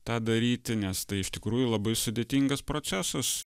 tą daryti nes tai iš tikrųjų labai sudėtingas procesas